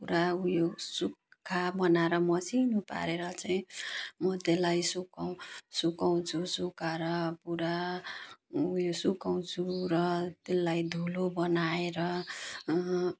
पुरा ऊ यो सुख्खा बनाएर मसिनो पारेर चाहिँ म त्यसलाई सुकाउ सुकाउँछु सुकाएर पुरा ऊ यो सुकाउँछु र त्यसलाई धुलो बनाएर